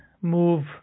move